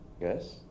yes